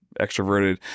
extroverted